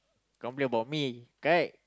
complain about me correct